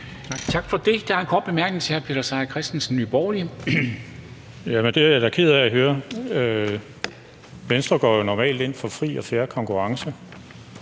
Christensen, Nye Borgerlige. Kl. 11:38 Peter Seier Christensen (NB): Jamen det er jeg da ked af at høre. Venstre går jo normalt ind for fri og fair konkurrence,